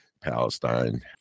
Palestine